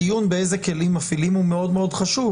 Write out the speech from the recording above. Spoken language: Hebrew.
הדיון איזה כלים מפעילים הוא מאוד מאוד חשוב,